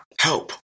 Help